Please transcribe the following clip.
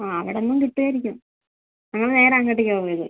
ആ അവിടെനിന്നും കിട്ടുമായിരിക്കും ഞങ്ങൾ നേരെ അങ്ങോട്ടേക്കാണ് പോയത്